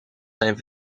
zijn